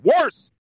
worse